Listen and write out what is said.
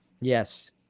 yes